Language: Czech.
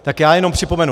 Tak já jenom připomenu.